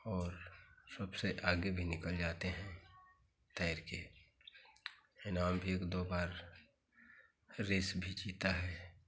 और सबसे आगे भी निकल जाते हैं तैर के इनाम भी एक दो बार रेस भी जीता है